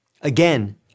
Again